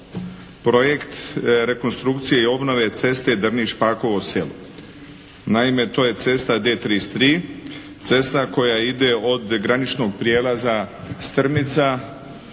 projekt rekonstrukcije i obnove ceste Drniš-Pakovo selo. Naime, to je cesta D33, cesta koja ide od graničnog prijelaza Strmica